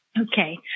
Okay